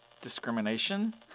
Discrimination